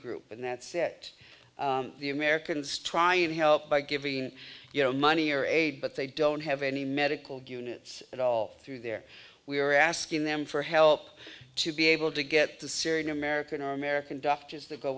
group and that's it the americans try and help by giving you know money or aid but they don't have any medical units at all through their we are asking them for help to be able to get the syrian american or american doctors t